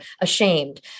ashamed